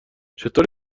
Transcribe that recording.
چطور